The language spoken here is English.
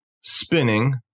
spinning